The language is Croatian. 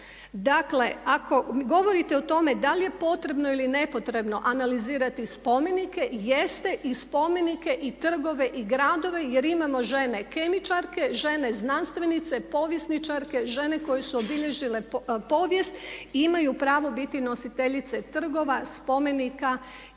Dakle, ako govorite o tome da li je potrebno ili nepotrebno analizirati spomenike, jeste. I spomenike i trgove i gradove jer imamo žene kemičarke, žene znanstvenice, povjesničarke, žene koje su obilježile povijest i imaju pravo biti nositeljice trgova, spomenika i biti